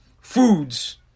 foods